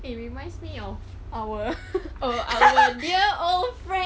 it reminds me of our err dear old friend